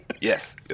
Yes